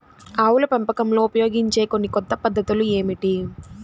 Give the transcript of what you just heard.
ఆవుల పెంపకంలో ఉపయోగించే కొన్ని కొత్త పద్ధతులు ఏమిటీ?